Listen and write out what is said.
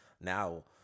Now